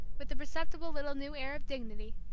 with a perceptible little new air of dignity,